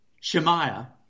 Shemaiah